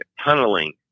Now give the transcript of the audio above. tunneling